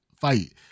fight